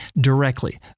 directly